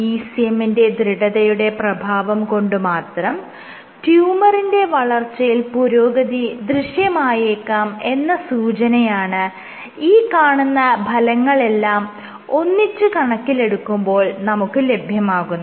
ECM ന്റെ ദൃഢതയുടെ പ്രഭാവം കൊണ്ട് മാത്രം ട്യൂമറിന്റെ വളർച്ചയിൽ പുരോഗതി ദൃശ്യമായേക്കാം എന്ന സൂചനയാണ് ഈ കാണുന്ന ഫലങ്ങളെല്ലാം ഒന്നിച്ച് കണക്കിലെടുക്കുമ്പോൾ നമുക്ക് ലഭ്യമാകുന്നത്